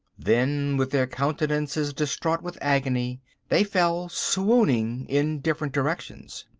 then with their countenances distraught with agony they fell swooning in different directions.